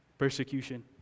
Persecution